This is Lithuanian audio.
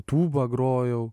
tūba grojau